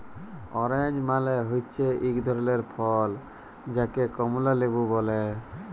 orange মালে হচ্যে এক ধরলের ফল যাকে কমলা লেবু ব্যলে